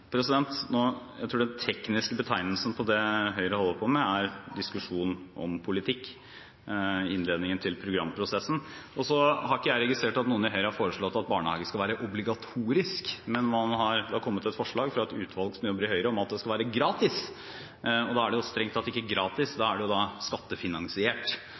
Jeg tror den tekniske betegnelsen på det Høyre holder på med, er diskusjon om politikk, i innledningen til programprosessen. Jeg har ikke registrert at noen i Høyre har foreslått at barnehage skal være obligatorisk, men det har kommet et forslag fra et utvalg som jobber i Høyre, om at det skal være «gratis». Da er det jo strengt tatt ikke gratis, det er skattefinansiert, som alt det